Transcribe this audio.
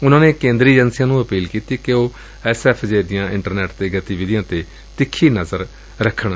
ਉਨੁਾ ਨੇ ਕੇਦਰੀ ਏਜੰਸੀਆ ਨੂੰ ਵੀ ਅਪੀਲ ਕੀਡੀ ਕਿ ਉਹ ਐਸਐਫਜੇ ਦੀਆਂ ਇੰਟਰਨੈਟ ਉੱਤੇ ਗਤੀਵਿਧੀਆਂ ਉੱਤੇ ਤਿੱਖੀ ਨਜ਼ਰ ਰੱਖਣ